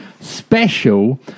special